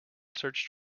search